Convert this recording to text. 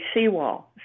seawall